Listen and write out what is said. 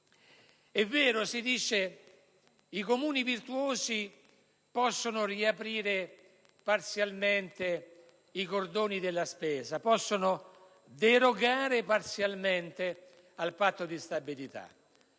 È vero, si stabilisce che i Comuni virtuosi possono riaprire parzialmente i cordoni della spesa, e derogare parzialmente al Patto di stabilità.